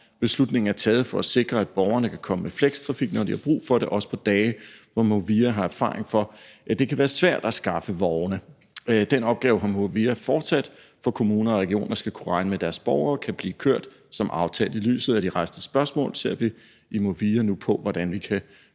Beslutningen er taget for at sikre, at borgerne kan komme med Flextrafik, når de har brug for det, også på dage, hvor Movia har erfaring for at det kan være svært at skaffe vogne. Den opgave har Movia fortsat, for kommuner og regioner skal kunne regne med, at deres borgere kan blive kørt som aftalt. I lyset af de rejste spørgsmål ser vi i Movia nu på, hvordan vi kan